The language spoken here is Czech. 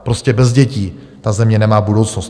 Prostě bez dětí ta země nemá budoucnost.